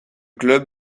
club